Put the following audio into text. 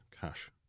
cash